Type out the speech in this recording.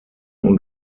und